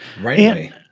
Right